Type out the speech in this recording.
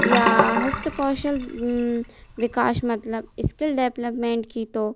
या हस्तकौशल विकास मतलब इस्किल डैपलवमैंट की तो